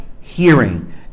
hearing